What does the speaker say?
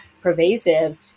pervasive